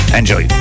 enjoy